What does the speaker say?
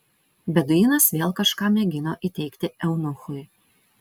beduinas vėl kažką mėgino įteigti eunuchui